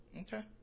Okay